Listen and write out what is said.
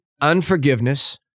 unforgiveness